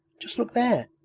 just look there